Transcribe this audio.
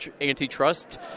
antitrust